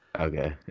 Okay